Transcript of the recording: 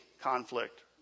conflict